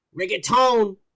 reggaeton